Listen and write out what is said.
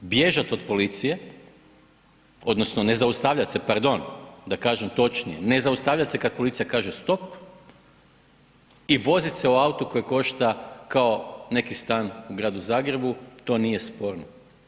Bježat od policije odnosno ne zaustavljate se, pardon, da kažem točnije, ne zaustavljat se kad policija kaže stop i vozit se u autu koji košta kao neki stan u gradu Zagrebu, to nije sporno.